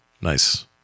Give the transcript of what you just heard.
Nice